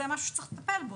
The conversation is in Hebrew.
זה דבר שצריך לטפל בו.